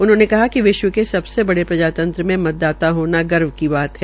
उन्होंने कहा कि विश्व के सबसे बड़े प्रजातंत्र में मतदाता होना गर्व की बात है